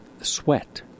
sweat